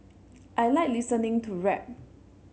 I like listening to rap